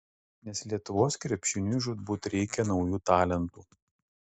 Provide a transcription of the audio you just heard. nes lietuvos krepšiniui žūtbūt reikia naujų talentų